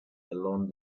along